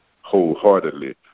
wholeheartedly